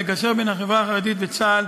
המגשר בין החברה החרדית לצה"ל,